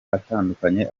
atandukanye